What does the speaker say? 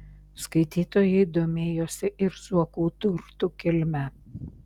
skaitytojai domėjosi ir zuokų turtų kilme